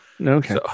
Okay